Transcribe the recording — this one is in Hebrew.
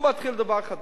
הוא מתחיל דבר חדש,